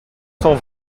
cent